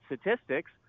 statistics